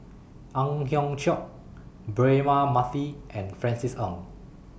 Ang Hiong Chiok Braema Mathi and Francis Ng